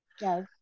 Yes